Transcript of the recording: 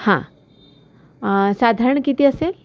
हां साधारण किती असेल